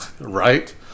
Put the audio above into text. Right